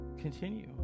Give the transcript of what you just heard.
continue